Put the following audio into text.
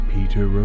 Peter